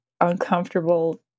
uncomfortable